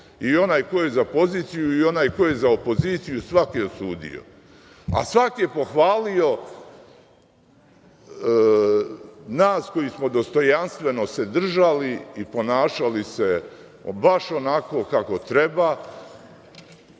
i onaj ko je za poziciju i onaj ko je za opoziciju, svako je to osudio. A, svako je pohvalio nas koji smo se dostojanstveno držali i ponašali se baš onako kako treba,